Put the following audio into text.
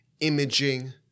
imaging